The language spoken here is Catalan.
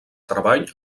treball